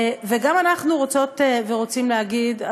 ואנחנו גם רוצות ורוצים להגיד,